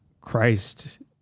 Christ